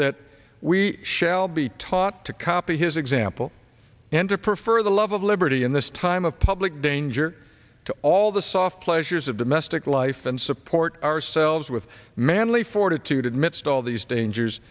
that we shall be taught to copy his example and to prefer the love of liberty in this time of public danger to all the soft pleasures of domestic life and support ourselves with manly fortitude admits to all these dangers